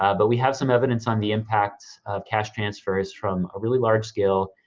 ah but we have some evidence on the impact of cash transfers from a really large scale,